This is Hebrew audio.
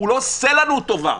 הוא לא עושה לנו טובה.